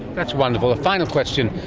that's wonderful. a final question,